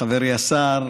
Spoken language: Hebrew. חברי השר,